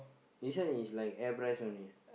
this one is like air brush only